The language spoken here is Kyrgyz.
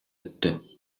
өттү